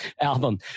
album